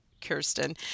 Kirsten